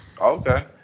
Okay